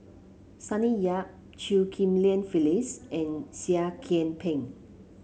Sonny Yap Chew Ghim Lian Phyllis and Seah Kian Peng